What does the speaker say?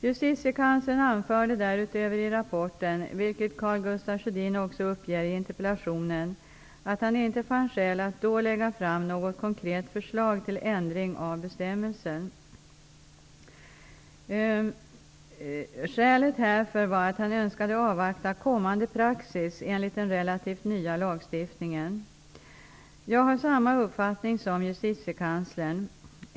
Justitiekanslern anförde därutöver i rapporten, vilket Karl Gustaf Sjödin också uppger i interpellationen, att han inte fann skäl att då lägga fram något konkret förslag till ändring av bestämmelsen. Skälet härför var att han önskade avvakta kommande praxis enligt den relativt nya lagstiftningen. Jag har samma uppfattning som Justitiekanslern.